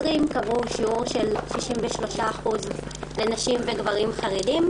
קבעו שיעור של 63% לנשים וגברים חרדים.